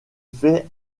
fait